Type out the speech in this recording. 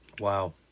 Wow